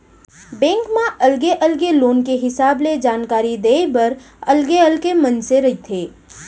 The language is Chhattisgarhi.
बेंक म अलगे अलगे लोन के हिसाब ले जानकारी देय बर अलगे अलगे मनसे रहिथे